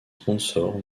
sponsors